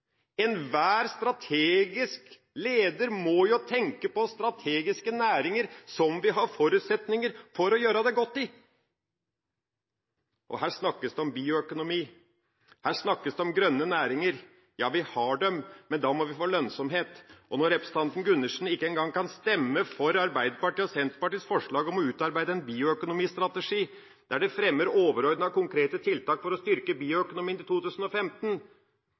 Enhver leder må tenke strategisk når det gjelder næringer som vi har forutsetninger for å gjøre det godt i. Her snakkes det om bioøkonomi, og det snakkes om grønne næringer. Ja, vi har det, men da må vi få lønnsomhet. Og når representanten Gundersen ikke engang kan stemme for Arbeiderpartiet og Senterpartiets forslag om å utarbeide en bioøkonomistrategi, der «det fremmes overordnede og konkrete tiltak for å styrke bioøkonomien til 2015»,